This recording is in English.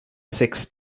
six